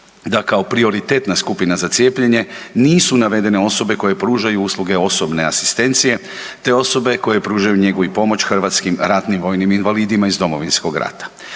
da kao prioritetna skupina za cijepljenje, nisu navedene osobe koje pružaju usluge osobne asistencije te osobe koje pružanju njegu i pomoć hrvatskim ratnim vojnim invalidima iz Domovinskog rata.